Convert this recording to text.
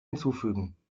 hinzufügen